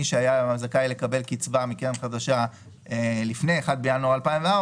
לגבי מי שהיה זכאי לקבל קצבה מקרן חדשה לפני 1 בינואר 2004,